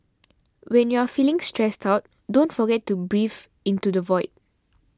when you are feeling stressed out don't forget to breathe into the void